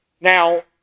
Now